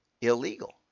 illegal